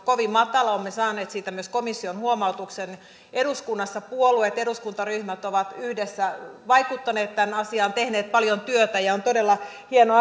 kovin matala olemme saaneet siitä myös komission huomautuksen eduskunnassa puolueet eduskuntaryhmät ovat yhdessä vaikuttaneet tähän asiaan tehneet paljon työtä ja on todella hieno